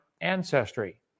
ancestry